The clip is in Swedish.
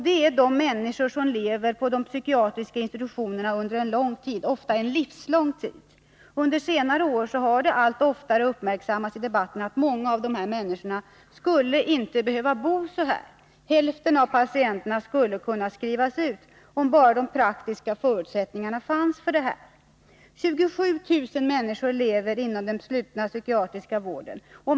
Det är de människor som lever på de psykiatriska institutionerna under en lång tid, ofta en livslång tid. Under senare år har det allt oftare uppmärksammats i debatten att många av de här människorna inte skulle behöva bo som de gör. Hälften av patienterna skulle kunna skrivas ut om bara de praktiska förutsättningarna fanns. 27 000 människor lever inom den slutna psykiatriska vården.